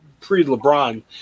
pre-LeBron